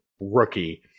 rookie